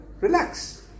Relax